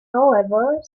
however